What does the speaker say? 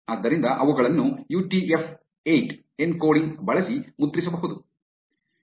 ಆದ್ದರಿಂದ ಅವುಗಳನ್ನು UTF 8 encoding ಬಳಸಿ ಮುದ್ರಿಸಬಹುದು